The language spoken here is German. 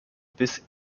bis